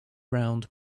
round